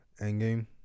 endgame